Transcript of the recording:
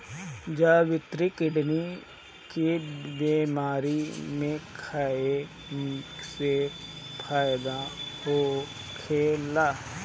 जावित्री किडनी के बेमारी में खाए से फायदा होखेला